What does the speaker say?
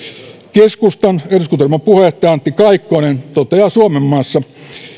keskustan eduskuntaryhmän puheenjohtaja antti kaikkonen toteaa suomenmaassa